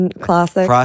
classic